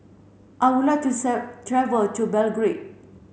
I would like to travel to Belgrade